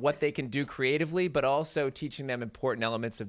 what they can do creatively but also teaching them important elements of